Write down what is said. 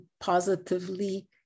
positively